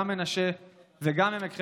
גם מנשה וגם עמק חפר,